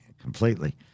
completely